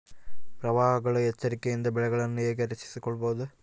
ಪ್ರವಾಹಗಳ ಎಚ್ಚರಿಕೆಯಿಂದ ಬೆಳೆಗಳನ್ನು ಹೇಗೆ ರಕ್ಷಿಸಿಕೊಳ್ಳಬಹುದು?